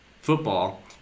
football